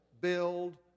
build